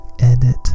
edit